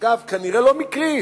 אגב, כנראה לא מקרית,